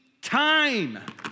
time